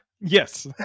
Yes